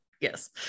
yes